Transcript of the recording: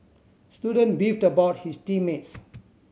the student beefed about his team mates